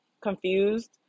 confused